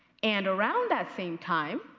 and around that same time,